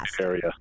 area